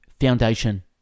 Foundation